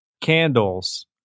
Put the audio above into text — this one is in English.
candles